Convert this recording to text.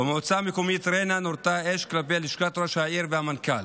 במועצה המקומית ריינה נורתה אש כלפי לשכת ראש העיר והמנכ"ל,